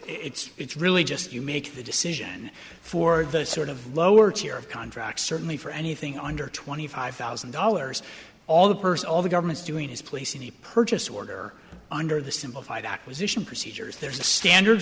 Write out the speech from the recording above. it's it's really just you make the decision for the sort of lower tier of contracts certainly for anything under twenty five thousand dollars all the person all the government's doing is placing the purchase order under the simplified acquisition procedures there's a standard